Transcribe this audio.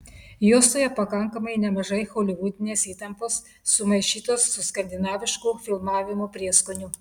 juostoje pakankamai nemažai holivudinės įtampos sumaišytos su skandinavišku filmavimo prieskoniu